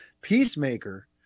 Peacemaker